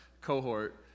cohort